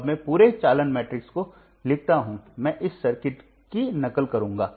अब मैं पूरे चालन मैट्रिक्स को लिखता हूं मैं इस सर्किट की नकल करूंगा